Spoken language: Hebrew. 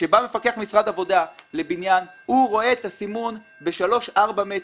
כשבא מפקח משרד העבודה לבניין הוא רואה את הסימון בשלושה ארבעה מטר.